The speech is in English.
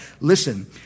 listen